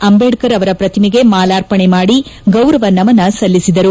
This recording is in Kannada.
ಅಂಜೇಡ್ತರ್ ಅವರ ಪ್ರತಿಮೆಗೆ ಮಾಲಾರ್ಪಣೆ ಮಾಡಿ ಗೌರವ ನಮನ ಸಲ್ಲಿಸಿದರು